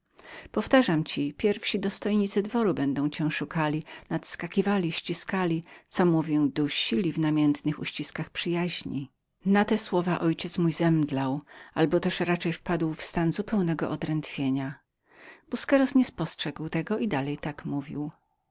powtarzam ci pierwsi dostojnicy dworu będą cię szukali uprzedzali ściskali co mówię dusili w namiętnych uściskach przyjaźni na te słowa mój ojciec zemdlał albo też raczej wpadł w stan zdrętwienia blizki letargu busqueros nic tego nie spostrzegł i tak dalej mówił